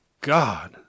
God